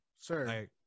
Sir